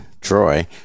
Troy